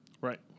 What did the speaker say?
right